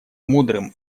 мудрым